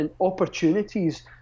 opportunities